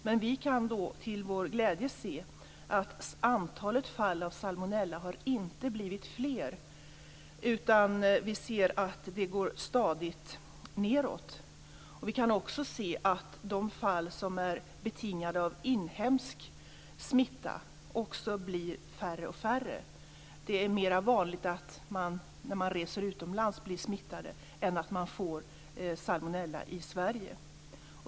Men vi kan till vår glädje se att antalet fall av salmonella inte har ökat, utan vi ser att det stadigt minskar. Vi kan också se att de fall som är betingade av inhemsk smitta blir färre och färre. Det är mer vanligt att man blir smittad av salmonella när man reser utomlands än att man blir det i Sverige.